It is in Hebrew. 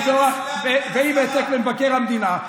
ועם העתק למבקר המדינה,